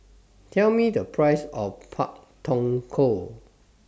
Tell Me The Price of Pak Thong Ko